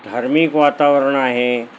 धार्मिक वातावरण आहे